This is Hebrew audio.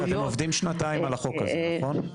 אתם עובדים שנתיים על החוק הזה, נכון?